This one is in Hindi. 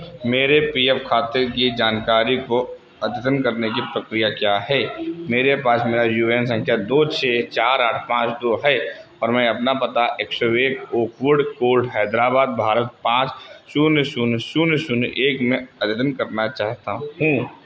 मेरे पी एफ़ खाते की जानकारी को अद्यतन करने की प्रक्रिया क्या है मेरे पास मेरा यू ए एन संख्या दो छः चार आठ पाँच दो है और मैं अपना पता एक सौ एक ओकवुड कोर्ट हैदराबाद भारत पाँच शून्य शून्य शून्य शून्य एक में अद्यतन करना चाहता हूँ